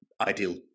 ideal